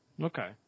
Okay